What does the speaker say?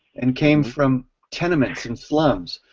and came from tenements and slums.